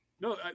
No